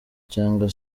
cyangwa